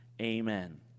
amen